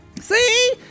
See